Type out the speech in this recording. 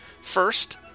First